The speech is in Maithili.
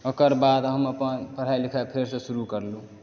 ओकर बाद हम अपन पढ़ाइ लिखाइ फेरसऽ शुरू करलूँ